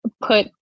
put